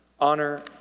Honor